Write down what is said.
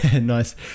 nice